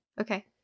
Okay